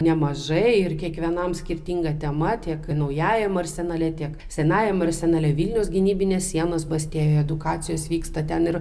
nemažai ir kiekvienam skirtinga tema tiek naujajame arsenale tiek senajam arsenale vilniaus gynybinės sienos bastėjoj edukacijos vyksta ten ir